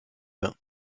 bains